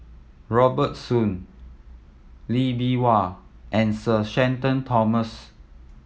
Robert Soon Lee Bee Wah and Sir Shenton Thomas